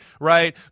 right